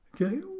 Okay